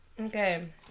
Okay